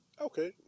okay